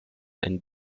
and